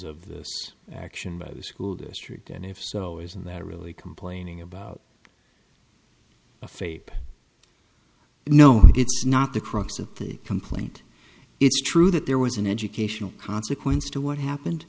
of the action by the school district and if so isn't that really complaining about a fate no it's not the crux of the complaint it's true that there was an educational consequence to what happened